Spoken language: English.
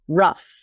rough